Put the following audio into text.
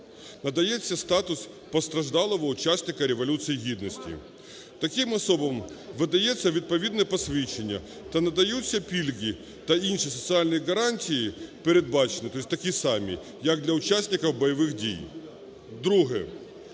надається статус постраждалого учасника Революції Гідності. Таким особам видається відповідне посвідчення та надаються пільги, та інші соціальні гарантії передбачені, тобто такі самі, як для учасників бойових дій. Друге.